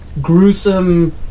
gruesome